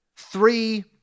three